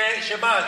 שמה?